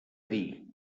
dir